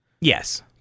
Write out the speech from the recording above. Yes